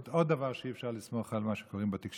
עוד דבר שאי-אפשר לסמוך בו על מה שקוראים בתקשורת.